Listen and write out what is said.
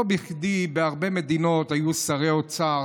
לא בכדי בהרבה מדינות היו יהודים שרי אוצר,